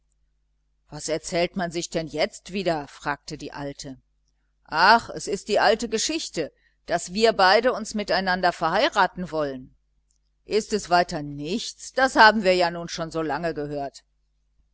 was erzählt man sich denn jetzt wieder fragte die alte ach es ist die alte geschichte daß wir beide uns miteinander verheiraten wollen ist es weiter nichts das haben wir ja nun schon so lange gehört